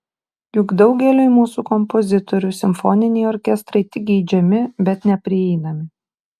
juk daugeliui mūsų kompozitorių simfoniniai orkestrai tik geidžiami bet neprieinami